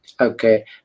okay